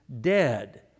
dead